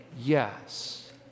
Yes